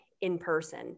in-person